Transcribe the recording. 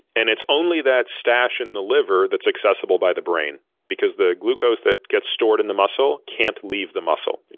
and it's only that stash in the liver that's accessible by the brain because the glucose that gets stored in the muscle can't leave the muscle.